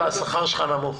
השכר שלך נמוך.